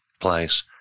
place